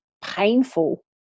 painful